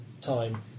time